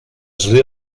sri